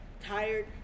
tired